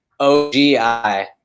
OGI